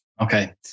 Okay